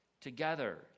together